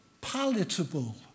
palatable